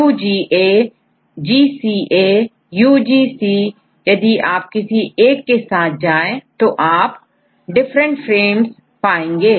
सीक्वेंसAUGUGA GCAUGCयदि आप किसी एक के साथ जाएं तो आप डिफरेंट फ्रेम्स पाएंगे